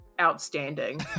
outstanding